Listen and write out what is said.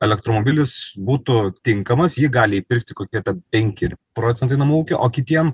elektromobilis būtų tinkamas jį gali įpirkti kokie ten penki procentai namų ūkių o kitiem